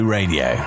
Radio